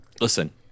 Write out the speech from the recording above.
Listen